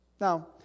Now